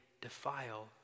defile